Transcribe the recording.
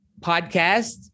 podcast